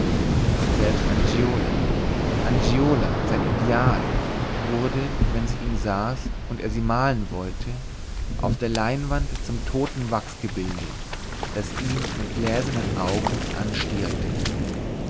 und selbst angiola angiola sein ideal wurde wenn sie ihm saß und er sie malen wollte auf der leinwand zum toten wachsbilde das ihn mit gläsernen augen anstierte